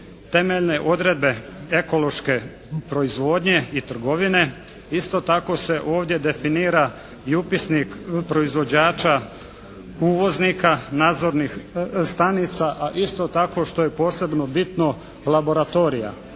temeljne odredbe ekološke proizvodnje i trgovine. Isto tako se ovdje definira i upisnik proizvođača uvoznika, nadzornih stanica, a isto tako što je posebno bitno laboratorija